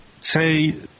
say